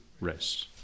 rest